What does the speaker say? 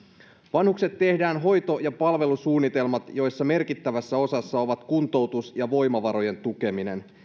vanhuksille tehdään hoito ja palvelusuunnitelmat joissa merkittävässä osassa ovat kuntoutus ja voimavarojen tukeminen